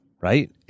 right